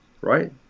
right